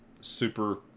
super